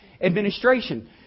Administration